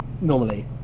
Normally